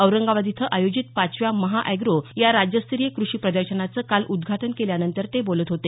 औरंगाबाद इथं आयोजित पाचव्या महा एग्रो या राज्यस्तरीय कृषी प्रदर्शनाचं काल उद्घाटन केल्यानंतर ते बोलत होते